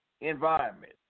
environment